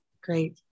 Great